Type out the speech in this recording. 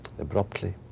abruptly